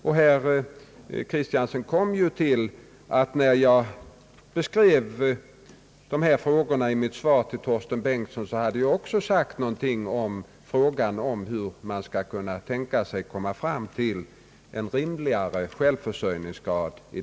Herr Axel Kristiansson kom ju fram till att jag, när jag beskrev dessa frågor i mitt svar till herr Torsten Bengtson, också hade yttrat någonting om frågan om hur man skall kunna tänka sig att få en rimligare självförsörjningsgrad i vårt land.